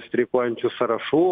streikuojančių sąrašų